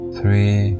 three